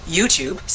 YouTube